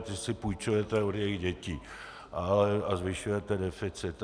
Ty si půjčujete od jejich dětí a zvyšujete deficit.